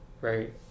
Right